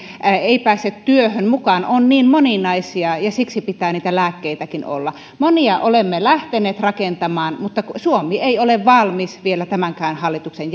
ei pääse työhön mukaan on niin moninaisia ja siksi pitää niitä lääkkeitäkin olla monia olemme lähteneet rakentamaan mutta suomi ei ole valmis vielä tämänkään hallituksen